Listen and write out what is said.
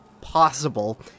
possible